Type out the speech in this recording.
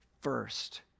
first